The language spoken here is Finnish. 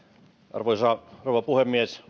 arvoisa rouva puhemies